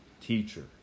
Teacher